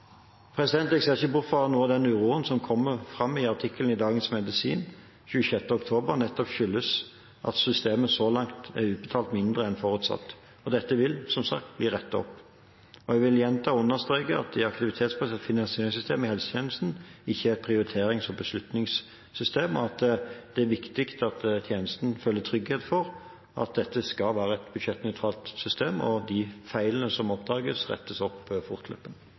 Jeg ser ikke bort fra at noe av den uroen som kommer fram i artikkelen i Dagens Medisin 26. oktober, nettopp skyldes at systemet så langt har utbetalt mindre enn forutsatt. Dette vil, som sagt, bli rettet opp. Jeg vil gjenta og understreke at det aktivitetsbaserte finansieringssystemet i helsetjenesten ikke er et prioriterings- og beslutningssystem, at det er viktig at tjenesten føler trygghet for at dette skal være et budsjettnøytralt system, og at de feilene som oppdages, rettes opp